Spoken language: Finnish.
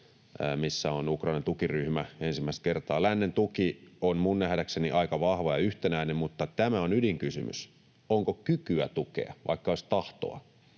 missä on Ukrainan tukiryhmä ensimmäistä kertaa. Lännen tuki on nähdäkseni aika vahva ja yhtenäinen, mutta tämä on ydinkysymys: onko kykyä tukea, vaikka olisi tahtoa?